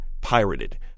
pirated